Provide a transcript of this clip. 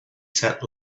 sat